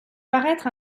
paraître